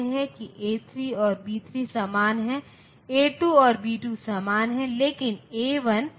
इसमें 2 इनपुट हैं ए और बी और आउटपुट एफ है फिर इसे एक ट्रुथ टेबल के रूप में दर्शाया गया है